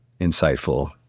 insightful